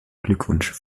glückwunsch